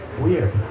Weird